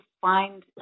find